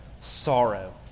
sorrow